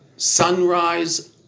Sunrise